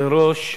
גברתי היושבת-ראש,